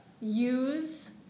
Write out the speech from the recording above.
use